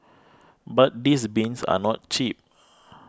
but these bins are not cheap